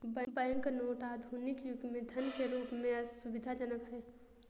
bank note आधुनिक युग में धन के रूप में सुविधाजनक हैं